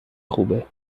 خوبه